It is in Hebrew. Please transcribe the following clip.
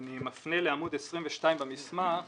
אני מפנה לעמוד 22 במסמך